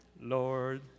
lord